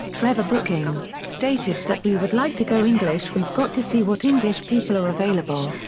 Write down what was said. trevor brooking, stated that we would like to go english we've got to see what english people are available.